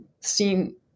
seen